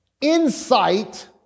insight